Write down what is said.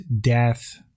death